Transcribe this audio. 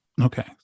Okay